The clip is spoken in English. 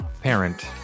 parent